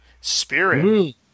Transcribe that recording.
Spirit